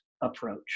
approach